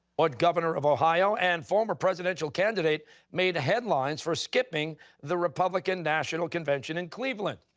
what governor of ohio and former presidential candidate made headlines for skipping the republican national convention in cleveland?